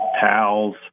towels